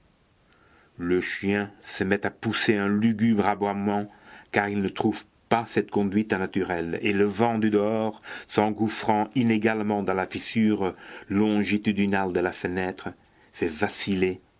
le chien se met à pousser un lugubre aboiement car il ne trouve pas cette conduite naturelle et le vent du dehors s'engouffrant inégalement dans la fissure longitudinale de la fenêtre fait vaciller